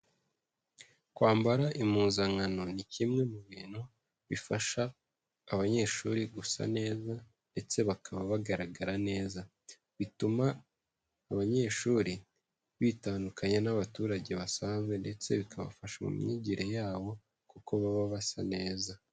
Kwambara impuzankano ni kimwe mu bintu bifasha abanyeshuri gusa neza ndetse bakaba bagaragara neza, bituma abanyeshuri bitandukanya n'abaturage basanzwe ndetse bikabafasha mu myigire yabo kuko baba basa neza.